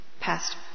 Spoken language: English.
past